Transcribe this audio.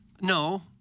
No